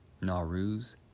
Nauru's